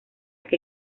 que